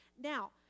Now